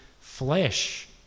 flesh